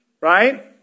Right